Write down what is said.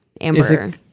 Amber